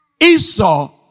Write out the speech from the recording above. Esau